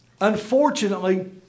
Unfortunately